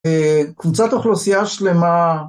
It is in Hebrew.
קבוצת אוכלוסייה שלמה